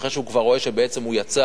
אחרי שהוא כבר רואה שבעצם הוא יצא.